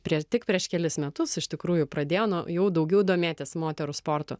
prieš tik prieš kelis metus iš tikrųjų pradėjo nuo jau daugiau domėtis moterų sportu